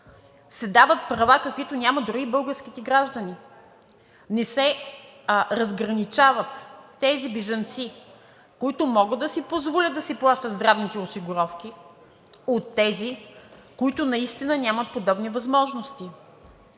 се дават права, каквито нямат дори българските граждани. Тези бежанци не се разграничават, които могат да си позволят да си плащат здравните осигуровки, от тези, които наистина нямат подобни възможности.